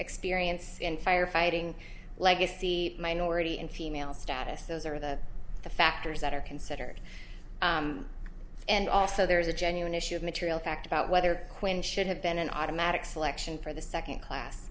experience in firefighting legacy minority and female status those are the factors that are considered and also there is a genuine issue of material fact about whether quinn should have been an automatic selection for the second class